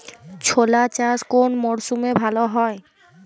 ছোলা চাষ কোন মরশুমে ভালো হয়?